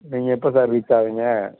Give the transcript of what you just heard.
நீங்கள் எப்போ sir reach ஆகுவிங்க